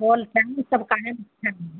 बोल चाल सब काम अच्छा है